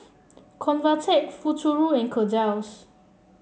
Convatec Futuro and Kordel's